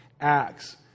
acts